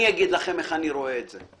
אני אגיד לכם איך אני רואה את זה.